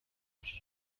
yacu